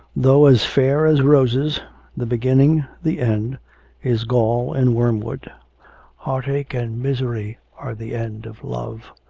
though as fair as roses the beginning the end is gall and wormwood heartache and misery are the end of love.